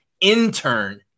Intern